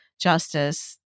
justice